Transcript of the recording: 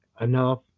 enough